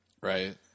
Right